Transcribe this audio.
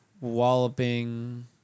walloping